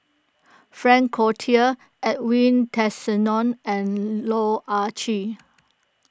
Frank Cloutier Edwin Tessensohn and Loh Ah Chee